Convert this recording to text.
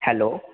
hello